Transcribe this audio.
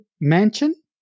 Mansion